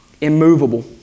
Immovable